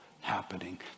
happening